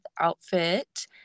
outfit